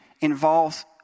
involves